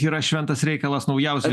yra šventas reikalas naujausia